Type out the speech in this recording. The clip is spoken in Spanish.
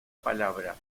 palabra